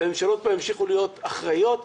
והממשלות פה ימשיכו להיות אחראיות.